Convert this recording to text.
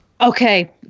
Okay